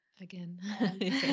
again